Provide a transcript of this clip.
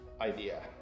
idea